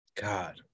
God